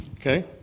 Okay